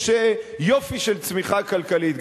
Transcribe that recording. יש יופי של צמיחה כלכלית.